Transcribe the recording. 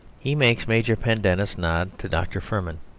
he makes major pendennis nod to dr. firmin,